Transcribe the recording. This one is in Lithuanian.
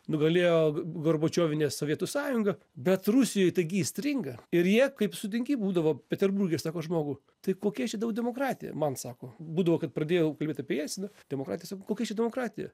nugalėjo gorbačiovinė sovietų sąjunga bet rusijoj taigi įstringa ir jie kaip sutinki būdavo peterburge sako žmogų tai kokia čia tau demokratija man sako būdavo kad pradėjau kalbėt apie jelciną demokratija sako kokia čia demokratija